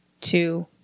two